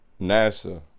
NASA